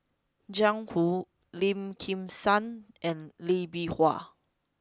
Jiang Hu Lim Kim San and Lee Bee Wah